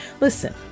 Listen